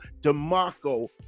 demarco